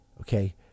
Okay